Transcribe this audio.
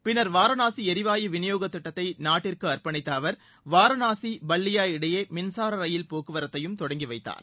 பின்னர் வாரணாசி எரிவாயு விநியோக திட்டத்தை நாட்டிற்கு அர்ப்பணித்த அவர் வாரணாசி பல்லியா இடையே மின்சார ரயில் போக்குரவத்தையும் தொடங்கி வைத்தார்